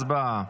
הצבעה.